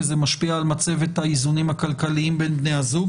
האלה כי זה משפיע על מצבת האיזונים הכלכליים בין בני הזוג